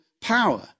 power